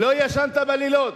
לא ישנת בלילות.